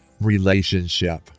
relationship